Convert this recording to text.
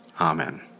Amen